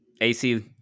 ac